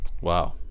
Wow